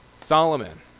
Solomon